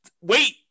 wait